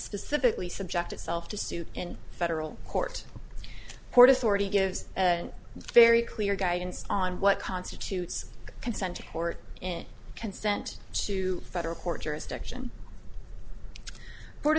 specifically subject itself to suit in federal court port authority gives and very clear guidance on what constitutes consent to court in consent to federal court jurisdiction port